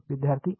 विद्यार्थी ए